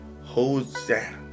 Hosea